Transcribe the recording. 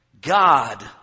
God